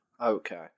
Okay